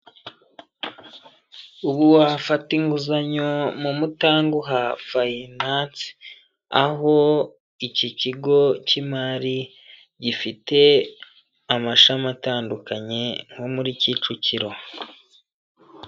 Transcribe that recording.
Ubu wafata inguzanyo mu Mutanguha fayinansi, aho iki kigo cy'imari, gifite amashami atandukanye, nko muri Kicukiro.